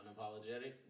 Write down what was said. unapologetic